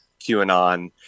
QAnon